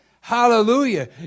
Hallelujah